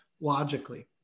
logically